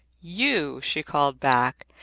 you, she called back,